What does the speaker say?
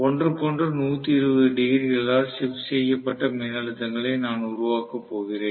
ஒன்றுக்கொன்று 120 டிகிரிகளால் ஷிப்ட் செய்யப்பட்ட மின்னழுத்தங்களை நான் உருவாக்கப் போகிறேன்